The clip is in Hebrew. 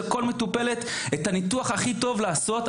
ולעשות את הניתוח הכי טוב לכל מטופלת,